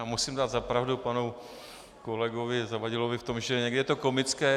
Já musím dát zapravdu panu kolegovi Zavadilovi v tom, že někdy je to komické.